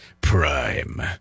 PRIME